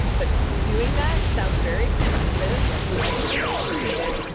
but doing that sounds very expensive. yep. logistically complicated.